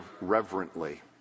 reverently